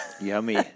Yummy